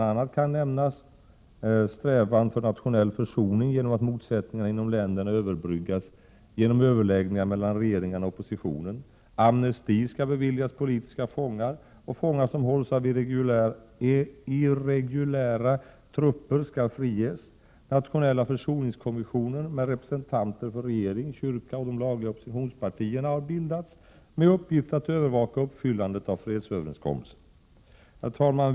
a. kan nämnas strävan för nationell försoning genom att motsättningarna inom länderna överbryggas genom överläggningar mellan regeringarna och oppositionen. Amnesti skall beviljas politiska fångar, och fångar som hålls av irreguljära trupper skall friges. Nationella försoningskommissioner med representanter för regering, kyrka och de lagliga oppositionspartierna har bildats med uppgift att övervaka uppfyllandet av fredsöverenskommelsen. Herr talman!